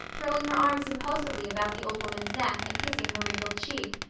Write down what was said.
throwing her arms impulsively about the old woman's neck and kissing her wrinkled cheek.